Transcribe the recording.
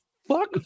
Fuck